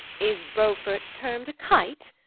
is beauford tearm'd a kyte?